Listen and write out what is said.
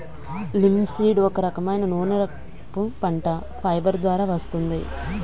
linseed ఒక రకమైన నూనెరకపు పంట, ఫైబర్ ద్వారా వస్తుంది